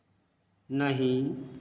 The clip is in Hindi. नहीं